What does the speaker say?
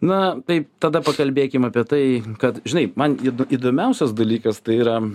na tai tada pakalbėkim apie tai kad žinai man įdomiausias dalykas tai yra